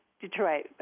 Detroit